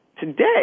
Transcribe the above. Today